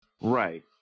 Right